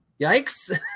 Yikes